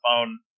phone